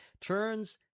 turns